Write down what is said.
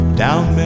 down